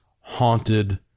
haunted